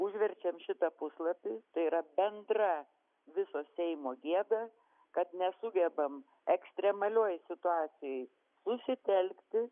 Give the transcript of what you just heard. užverčiam šitą puslapį tai yra bendra viso seimo gėda kad nesugebam ekstremalioj situacijoj susitelkti